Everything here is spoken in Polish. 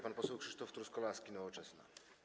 Pan poseł Krzysztof Truskolaski, Nowoczesna.